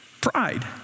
Pride